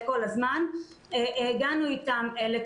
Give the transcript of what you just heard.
כל עוד יש ילדים בבית,